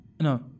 no